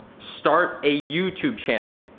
start a youtube channel.